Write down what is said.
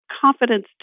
Confidence